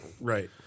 Right